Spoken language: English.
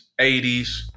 80s